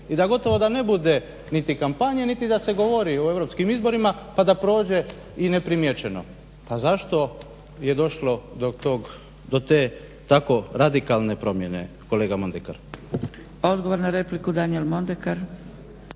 i da gotovo da ne bude niti kampanje niti da se govori o europskim izborima pa da prođe i neprimijećeno. Pa zašto je došlo do tog, do te tako radikalne promjene kolega Mondekar? **Zgrebec, Dragica (SDP)** Odgovor na repliku Daniel Mondekar.